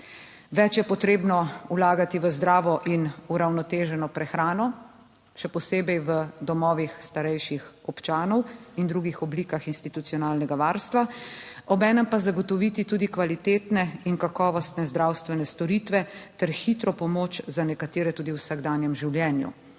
Več je potrebno vlagati v zdravo in uravnoteženo prehrane še posebej v domovih starejših občanov in drugih oblikah institucionalnega varstva. Obenem pa zagotoviti tudi kvalitetne in kakovostne zdravstvene storitve ter hitro pomoč za nekatere tudi v vsakdanjem življenju.